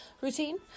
routine